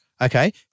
Okay